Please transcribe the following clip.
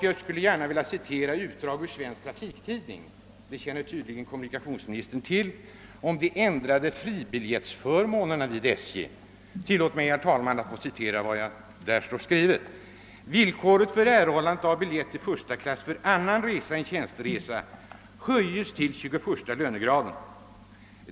Jag vill i det sammanhanget citera vad Svensk Trafiktidning skriver, något som kommunikationsministern tydligen känner väl till, om de ändrade fribiljettsförmånerna vid SJ: » Villkoret för erhållande av biljett till 1 klass för annan resa än tjänsteresa höjes till 21 lönegraden.